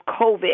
COVID